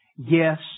Yes